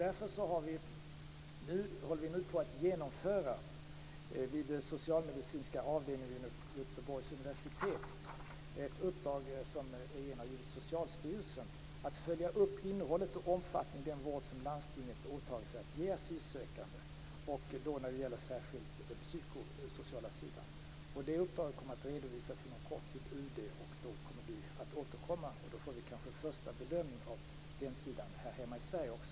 Därför håller man nu vid den socialmedicinska avdelningen vid Göteborgs universitet på med ett uppdrag som regeringen har gett Socialstyrelsen att följa upp innehållet och omfattningen av den vård som landstingen åtagit sig att ge asylsökande, särskilt när det gäller den psykosociala sidan. Det uppdraget kommer inom kort att redovisas till UD, och då kommer vi att återkomma. Då får vi kanske en första bedömning av den sidan här hemma i Sverige.